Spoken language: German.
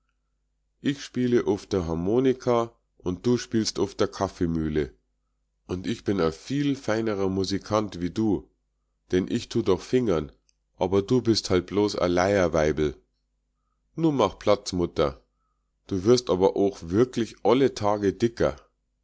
ich spiele uff der harmonika und du spielst uff der kaffeemühle und ich bin a viel feinerer musikant wie du denn ich tu doch fingern aber du bist halt bloß a leierweibel nu mach platz mutter du wirst aber ooch werklich olle tage dicker